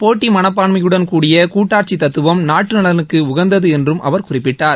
போட்டி மனப்பான்மையுடன் கூடிய கூட்டாட்சி தத்துவம் நாட்டு நலனுக்கு உகந்தது என்றும் அவர் குறிப்பிட்டார்